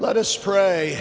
let us pray